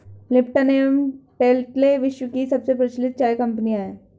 Lipton and Tetley विश्व की सबसे प्रचलित चाय कंपनियां है